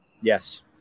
Yes